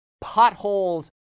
potholes